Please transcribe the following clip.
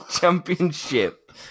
championship